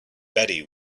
betty